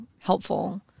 helpful